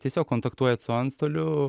tiesiog kontaktuojat su antstoliu